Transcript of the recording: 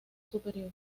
superior